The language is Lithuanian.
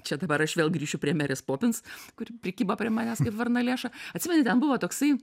čia dabar aš vėl grįšiu prie merės popins kuri prikibo prie manęs kaip varnalėša atsimeni ten buvo toksai